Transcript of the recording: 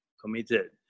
committed